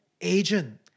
agent